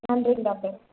நன்றிங்க டாக்டர்